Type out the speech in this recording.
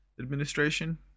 administration